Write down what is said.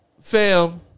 Fam